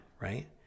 Right